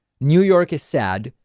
new york is sad.